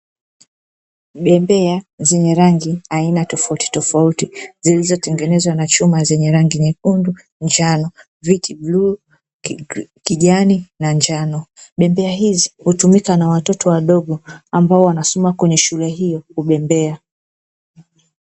Bembea zenye rangi aina tofauti tofauti zilizotengenezwa na chuma zenye rangi nyekundu, njano, viti bluu, kijani, na njano. Bembea hizi hutumika na watoto wadogo ambao wanasoma kwenye shule hiyo kubembea.